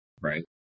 right